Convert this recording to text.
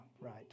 right